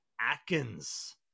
Atkins